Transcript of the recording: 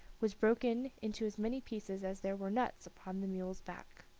was broken into as many pieces as there were nuts upon the mule's back.